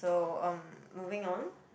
though um moving on